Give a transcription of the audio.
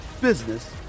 business